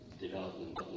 development